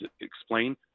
explain